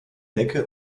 decke